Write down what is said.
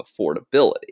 affordability